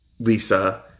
Lisa